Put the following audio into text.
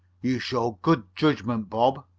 you showed good judgment, bob.